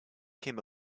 came